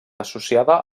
associada